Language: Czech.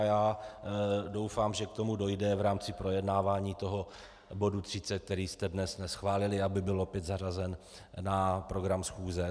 Já doufám, že k tomu dojde v rámci projednávání bodu 30, který jste dnes neschválili, aby byl opět zařazen na program schůze.